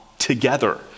Together